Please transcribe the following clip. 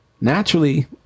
naturally